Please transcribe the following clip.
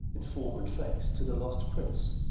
in form and face, to the lost prince